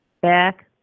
back